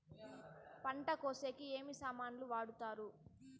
పంట కోసేకి ఏమి సామాన్లు వాడుతారు?